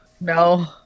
No